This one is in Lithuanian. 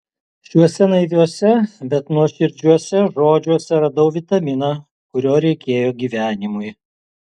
šiuose naiviuose bet nuoširdžiuose žodžiuose radau vitaminą kurio reikėjo gyvenimui